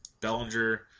Bellinger